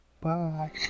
Bye